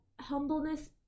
humbleness